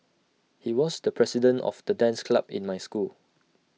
he was the president of the dance club in my school